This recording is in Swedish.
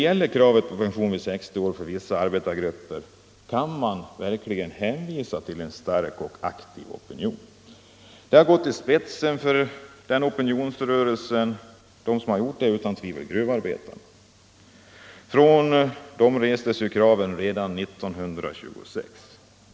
Här kan man verkligen hänvisa till en stark och aktiv opinion. De som gått i spetsen för den opinionsrörelsen är utan tvivel gruvarbetarna. Från dem restes kraven redan 1926.